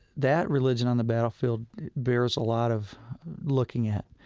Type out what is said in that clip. that religion on the battlefield bears a lot of looking at.